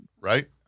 right